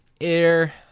air